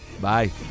Bye